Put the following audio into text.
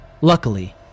Luckily